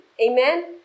Amen